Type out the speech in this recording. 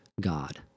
God